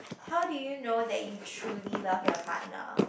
how do you know that you truly love your partner